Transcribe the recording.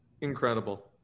Incredible